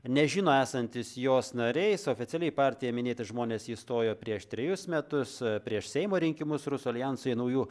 nežino esantys jos nariais oficialiai partija minėti žmonės įstojo prieš trejus metus prieš seimo rinkimus rusų aljansui naujų